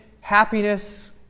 happiness